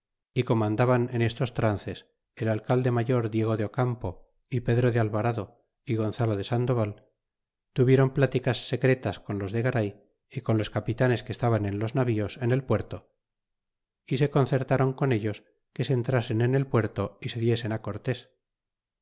y como andaban en estos trances el alcalde mayor diego de campo y pedro de alvarado y gonzalo de sandoval tuviéron pláticas secretas con los de garay y con los capitanes que estaban en los navíos en el puerto y se concertaron con ellos que se entrasen en el puerto y se diesen cortés